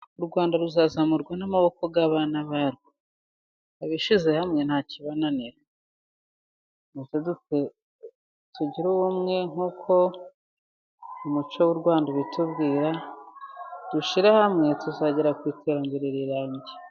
U Rwanda ruzazamurwa n'amaboko y'abana barwo abishyize hamwe ntakibananira, mureke tugire ubumwe nk'uko umuco w'u Rwanda ubitubwira dushyire hamwe tuzagera ku iterambere rirambye.